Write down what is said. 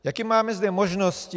Jaké máme zde možnosti?